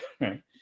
right